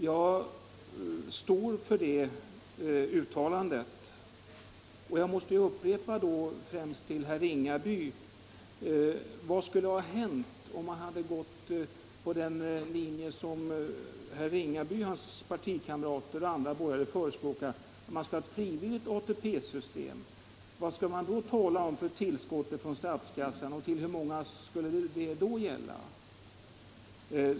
Jag står för mitt uttalande och måste upprepa, främst till herr Ringaby: Vad skulle ha hänt om man hade gått på den linje som herr Ringaby och hans partikamrater och andra borgerliga förespråkar, nämligen att man skall ha ett frivilligt ATP-system? Vad skall man då tala om för tillskott från statskassan och till hur många skulle det utgå?